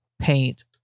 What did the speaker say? paint